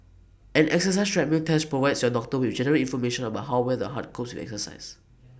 an exercise treadmill test provides your doctor with general information about how well the heart copes with exercise